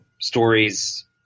stories